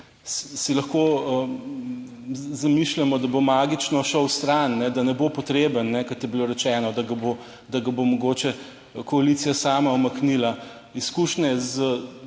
si lahko zamišljamo, da bo magično šel stran, da ne bo potreben, kot je bilo rečeno, da ga bo, da ga bo mogoče koalicija sama umaknila. Izkušnje z